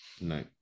No